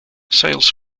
sales